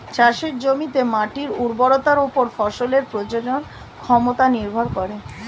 চাষের জমিতে মাটির উর্বরতার উপর ফসলের প্রজনন ক্ষমতা নির্ভর করে